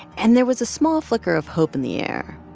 and there was a small flicker of hope in the air.